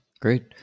Great